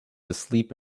asleep